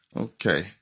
Okay